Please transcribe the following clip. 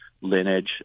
lineage